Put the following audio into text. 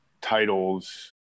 titles